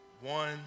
One